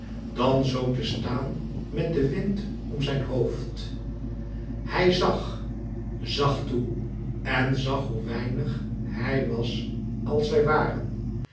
dan zoo te staan met den wind om zijn hoofd hij zag zag toe en zag hoe weinig hij was als zij waren